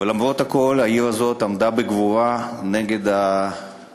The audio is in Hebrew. ולמרות הכול העיר הזאת עמדה בגבורה נגד הנאצים,